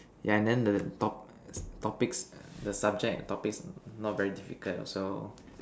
yeah and then the top topics the subject topics not very difficult so